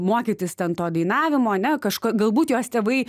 mokytis ten to dainavimo ane kažk galbūt jos tėvai